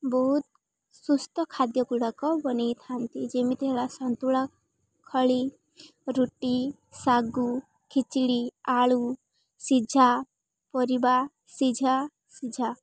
ବହୁତ ସୁସ୍ଥ ଖାଦ୍ୟଗୁଡ଼ାକ ବନାଇଥାନ୍ତି ଯେମିତି ହେଲା ସନ୍ତୁଳା ଖଳି ରୁଟି ଶାଗୁ ଖିଚିଡ଼ି ଆଳୁ ସିଝା ପରିବା ସିଝା ସିଝା